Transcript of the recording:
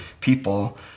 people